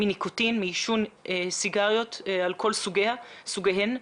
מניקוטין, מעישון סיגריות על כל סוגיהן.